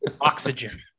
oxygen